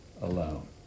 alone